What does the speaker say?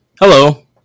Hello